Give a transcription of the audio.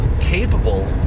capable